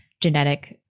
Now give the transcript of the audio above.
genetic